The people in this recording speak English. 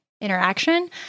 interaction